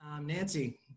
Nancy